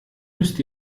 müsst